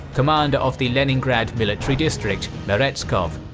commander of the leningrad military district, meretskov,